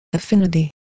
Affinity